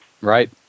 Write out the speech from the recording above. right